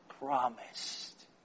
promised